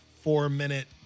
four-minute